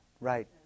Right